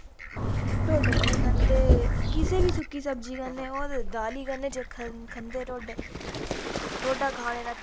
ढक्कन होई गेआ ते इ'यां गै सारे भांडे चाहिदे होंदे ते जि'यां कुक्कर होई गेआ चौल शौल बनाने होन ते कुक्कर चाहिदा होंदा